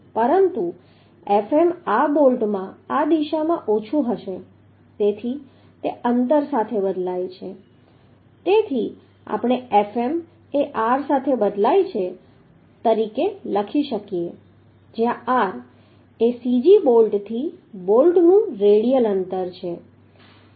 પરંતુ Fm આ બોલ્ટમાં આ દિશામાં ઓછું હશે તેથી તે અંતર સાથે બદલાય છે તેથી આપણે Fm એ r સાથે બદલાય છે તરીકે લખી શકીએ જ્યાં r એ cg બોલ્ટથી બોલ્ટનું રેડિયલ અંતર છે